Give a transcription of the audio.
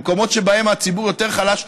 במקומות שבהם הציבור יותר חלש,